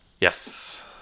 Yes